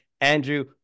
andrew